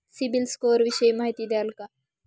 CIBIL score विषयी माहिती द्याल का?